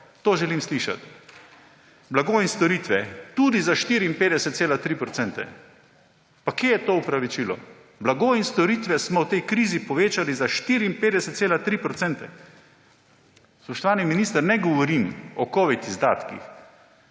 To želim slišati. Blago in storitve tudi za 54,3 %. Pa kje je tu upravičenost? Blago in storitve smo v tej krizi povečali za 54,3 %. Spoštovani minister, ne govorim o covid izdatkih,